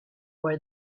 where